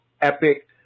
epic